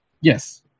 Yes